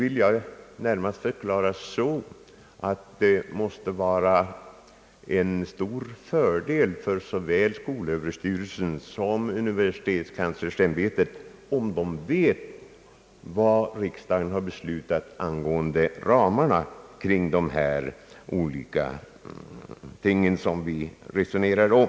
Anledningen härtill är närmast att det måste vara en stor fördel för såväl skolöverstyrelsen som universitetskanslersämbetet att veta vad riksdagen har beslutat angående ramarna kring de olika ting som vi resonerar om.